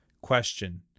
Question